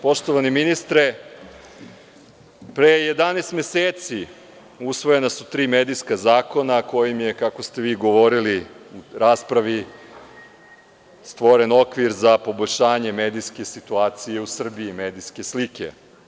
Poštovani ministre, pre 11 meseci usvojena su tri medijska zakona kojim je, kako ste vi govorili u raspravi, stvoren okvir za poboljšanje medijske situacije u Srbiji, medijske slike.